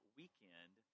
weekend